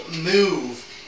Move